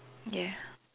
ya